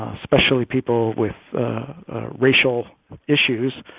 especially people with racial issues,